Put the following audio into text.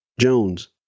Jones